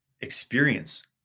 experience